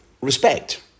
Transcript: respect